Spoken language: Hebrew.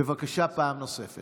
כי זאת הפעם הראשונה